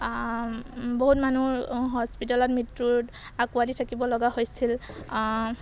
বহুত মানুহৰ হস্পিটেলত মৃত্যুত আঁকোৱালি থাকিব লগা হৈছিল